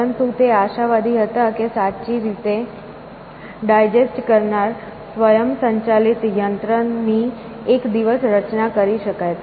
પરંતુ તે આશાવાદી હતા કે સાચી રીતે ડાયજેસ્ટ કરનાર સ્વયંસંચાલિત યંત્ર ની એક દિવસ રચના કરી શકાય